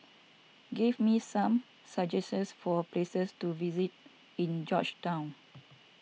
give me some suggestions for places to visit in Georgetown